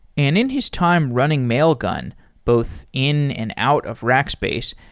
and in his time running mailgun both in and out of rackspace,